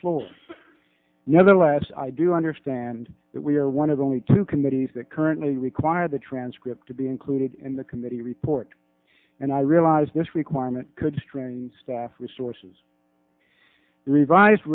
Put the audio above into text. floor nevertheless i do understand that we are one of only two committees that currently require the transcript to be included in the committee report and i realize this requirement could string staff resources revised